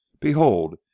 Behold